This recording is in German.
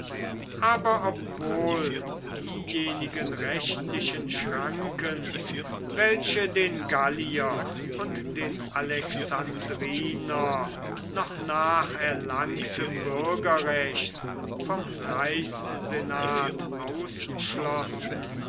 aber obwohl diejenigen rechtlichen schranken welche den gallier und den alexandriner noch nach erlangtem bürgerrecht vom reichssenat ausschlossen